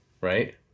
right